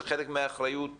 זה חלק מהאחריות שלנו.